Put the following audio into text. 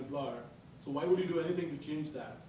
why would you do anything to change that?